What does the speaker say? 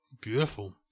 Beautiful